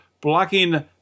blocking